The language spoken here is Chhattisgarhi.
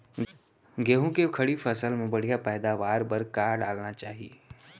गेहूँ के खड़ी फसल मा बढ़िया पैदावार बर का डालना चाही?